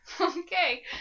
okay